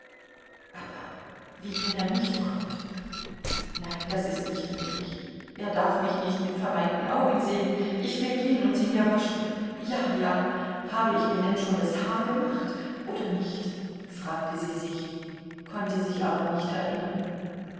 aber wie wenn er nicht kommt nein das ist nicht möglich er darf mich nicht mit verweinten augen sehen ich will gehen und sie mir waschen ja ja habe ich mir denn schon das haar gemacht oder nicht fragte sie sich konnte sich aber nicht erinnern